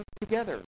together